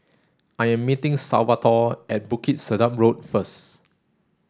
I am meeting Salvatore at Bukit Sedap Road first